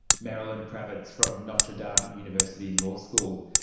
marilyn krawitz from notre dame university law school.